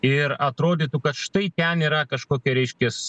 ir atrodytų kad štai ten yra kažkokia reiškias